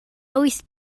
wyth